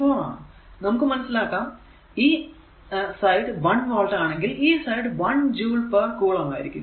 4 ആണ് നമുക്ക് മനസിലാക്കാം ഈ സൈഡ് 1 വോൾട് ആണെങ്കിൽ ഈ സൈഡ് 1ജൂൾ പേർ കുളം ആയിരിക്കും